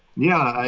yeah.